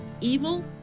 evil